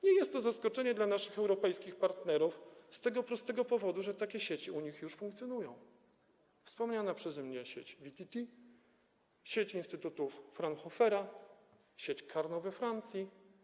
Nie jest to zaskoczenie dla naszych europejskich partnerów z tego prostego powodu, że takie sieci u nich już funkcjonują: wspomniana przeze mnie sieć VTT, sieć instytutów Fraunhofera, sieć Carnot we Francji.